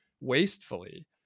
wastefully